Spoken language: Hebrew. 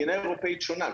התקינה האירופאית שונה,